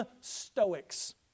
Stoics